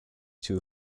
too